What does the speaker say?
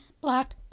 Black